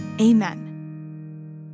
amen